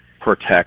protect